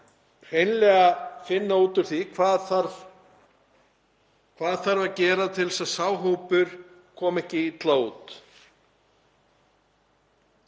hreinlega finna út úr því hvað þarf að gera til þess að sá hópur komi ekki illa